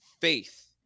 faith